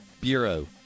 Bureau